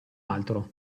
altro